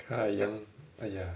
just